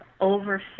over